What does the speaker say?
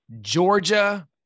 Georgia